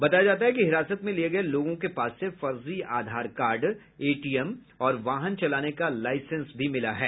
बताया जाता है कि हिरासत में लिये गये लोगों के पास से फर्जी आधार कार्ड एटीएम और वाहन चलाने का लाईसेंस मिला है